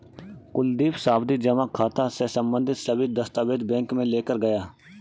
कुलदीप सावधि जमा खाता से संबंधित सभी दस्तावेज बैंक में लेकर गया